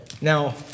Now